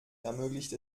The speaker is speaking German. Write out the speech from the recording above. ermöglicht